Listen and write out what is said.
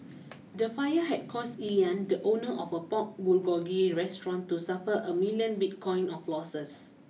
the fire had caused Elian the owner of a Pork Bulgogi restaurant to suffer a million Bitcoin of losses